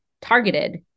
targeted